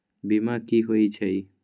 बीमा कि होई छई?